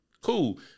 cool